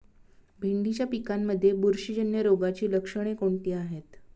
भेंडीच्या पिकांमध्ये बुरशीजन्य रोगाची लक्षणे कोणती आहेत?